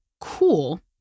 cool